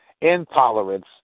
intolerance